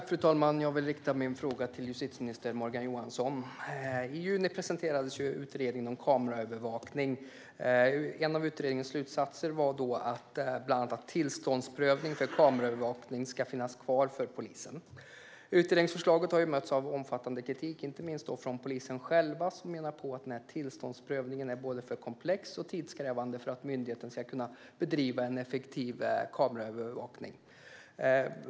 Fru talman! Jag vill rikta min fråga till justitieminister Morgan Johansson. I juni presenterade Utredningen om kameraövervakning sitt betänkande. En av utredningens slutsatser var att tillståndsprövning för kameraövervakning ska finnas kvar för polisen. Utredningsförslaget har mötts av omfattande kritik, inte minst från polisen själv, som menar att tillståndsprövningen är både för komplex och för tidskrävande för att myndigheten ska kunna bedriva en effektiv kameraövervakning.